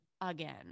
again